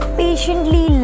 patiently